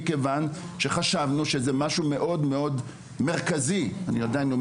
מכיוון שחשבנו שזה משהו שהוא מאוד מאוד מרכזי לילדים